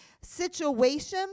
situation